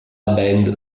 band